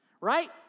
right